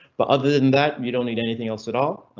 but other than that you don't need anything else at all.